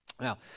Now